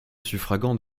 suffragant